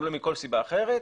מכל סיבה אחרת,